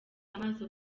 amaso